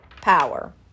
power